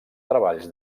treballs